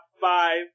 five